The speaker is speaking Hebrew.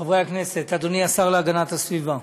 חברי הכנסת, אדוני השר להגנת הסביבה,